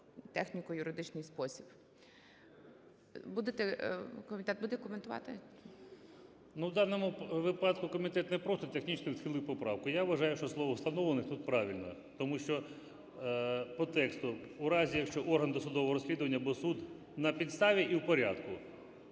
техніко-юридичний спосіб. Комітет буде коментувати? 13:12:15 КУПРІЄНКО О.В. Ну в даному випадку комітет не просто технічну відхилив поправку. Я вважаю, що слово "встановлених" тут правильно, тому що (по тексту) "у разі якщо орган досудового розслідування або суд на підставі і в порядку"